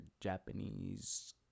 japanese